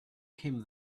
came